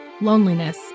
loneliness